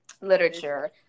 literature